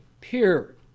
peer